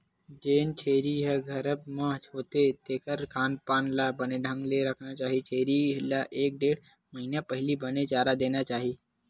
जेन छेरी ह गरभ म होथे तेखर खान पान ल बने ढंग ले रखना चाही छेरी ल एक ढ़ेड़ महिना पहिली बने चारा देना चाही